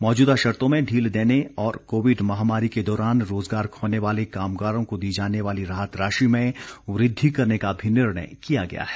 मौजूदा शर्तों में ढील देने और कोविड महामारी के दौरान रोजगार खोने वाले कामगारों को दी जाने वाली राहत राशि में वृद्धि करने का भी निर्णय किया गया है